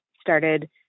started